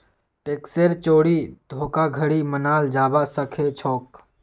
टैक्सेर चोरी धोखाधड़ी मनाल जाबा सखेछोक